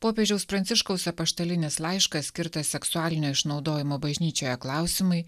popiežiaus pranciškaus apaštalinis laiškas skirtas seksualinio išnaudojimo bažnyčioje klausimui